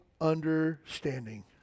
understanding